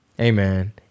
Amen